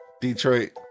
Detroit